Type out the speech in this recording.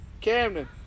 Camden